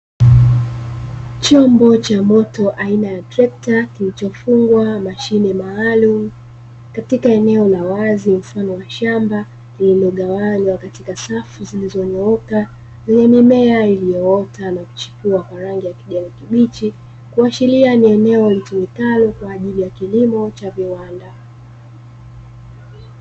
Chombo cha moto aina ya trekta kilichofungwa mashine maalumu, katika eneo la wazi mfano wa shamba lililogawanywa katika safu zilizonyooka lenye mimea iliyoota na kuchipua kwa rangi ya kijani kibichi kuashiria ni eneo lilitumikalo kwa ajili ya kilimo cha viwanda.